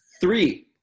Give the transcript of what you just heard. Three